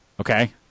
okay